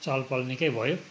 चहल पहल निकै भयो